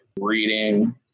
reading